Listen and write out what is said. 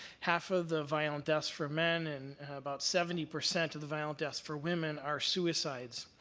half of the violent deaths for men, and about seventy percent of the violent deaths for women, are suicides.